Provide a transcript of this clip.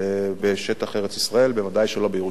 ודאי שלא בירושלים, ודאי שלא על הר-ציון.